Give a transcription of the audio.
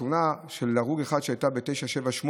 התאונה של הרוג אחד שהייתה ב-978,